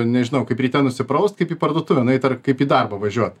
nežinau kaip ryte nusipraust kaip į parduotuvę nueit ar kaip į darbą važiuot